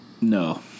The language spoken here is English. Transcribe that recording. No